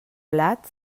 blat